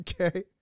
Okay